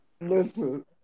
listen